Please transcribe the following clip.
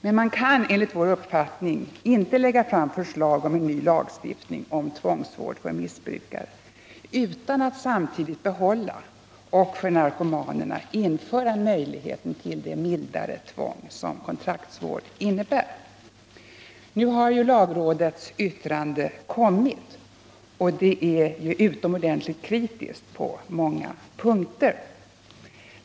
Men man kan enligt vår uppfattning inte lägga fram förslag om en ny lagstiftning om tvångsvård för missbrukare utan att samtidigt behålla och för narkomanerna införa möjligheten till det mildare tvång som kontraktsvård innebär. Nu har ju lagrådets yttrande kommit, och det är utomordentligt kritiskt på många punkter.